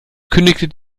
kündigt